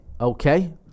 Okay